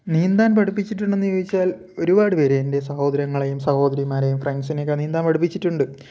നീന്താൻ പഠിപ്പിച്ചിട്ടുണ്ടോയെന്ന് ചോദിച്ചാൽ ഒരുപാട് പേരെ എന്റെ സഹോദരങ്ങളെയും സഹോദരിമാരെയും ഫ്രെണ്ട്സിനെയൊക്കെ നീന്താൻ പഠിപ്പിച്ചിട്ടുണ്ട്